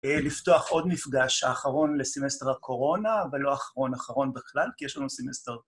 לפתוח עוד מפגש, האחרון לסמסטר הקורונה, אבל לא אחרון, אחרון בכלל, כי יש לנו סמסטר...